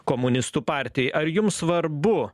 komunistų partijai ar jums svarbu